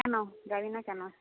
কেন যাবি না কেন